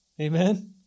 Amen